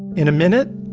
in a minute,